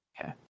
Okay